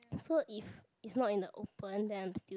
so if it's not in the open then I'm still